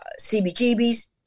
CBGB's